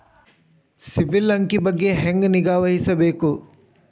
ಸಿಬಿಲ್ ಅಂಕಿ ಬಗ್ಗೆ ಹೆಂಗ್ ನಿಗಾವಹಿಸಬೇಕು?